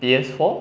P_S four